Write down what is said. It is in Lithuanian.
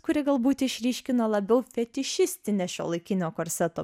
kuri galbūt išryškina labiau fetišistinę šiuolaikinio korseto